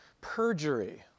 perjury